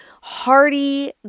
hearty